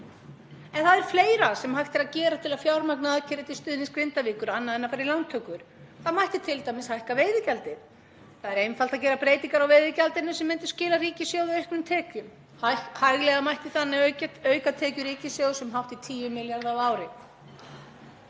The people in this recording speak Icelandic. En það er fleira sem hægt er að gera til að fjármagna aðgerðir til stuðnings Grindavíkur annað en að fara í lántökur. Það mætti t.d. hækka veiðigjaldið. Það er einfalt að gera breytingar á veiðigjaldinu sem myndu skila ríkissjóði auknum tekjum. Hæglega mætti þannig auka tekjur ríkissjóð um hátt í 10 milljarða á ári.